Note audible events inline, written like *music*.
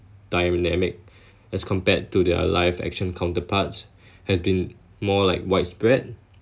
dynamic *breath* as compared to their live-action counterparts *breath* has been more like widespread